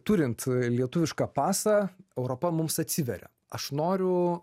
turint lietuvišką pasą europa mums atsiveria aš noriu